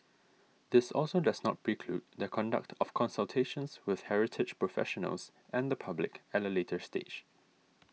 this also does not preclude the conduct of consultations with heritage professionals and the public at a later stage